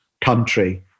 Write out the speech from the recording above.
country